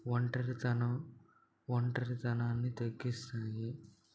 ఒంటరితనం ఒంటరితనాన్ని తగ్గిస్తాయి